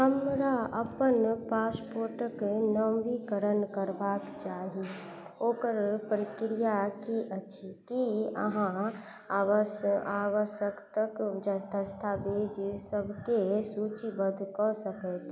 हमरा अपन पासपोर्टक नवीनीकरण करयबाक अछि ओकर की प्रक्रिया अछि की अहाँ आवश्यक दस्तावेजकेँ सूचीबद्ध कऽ सकैत